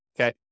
okay